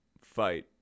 fight